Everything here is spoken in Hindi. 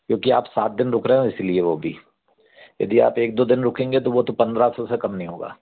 क्योंकि आप सात दिन रुक रहे हो इसी लिए वो भी यदि आप एक दो दिन रुकेंगे तो वो तो पंद्रह सौ से कम नहीं होगा